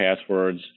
passwords